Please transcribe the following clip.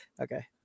okay